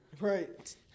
Right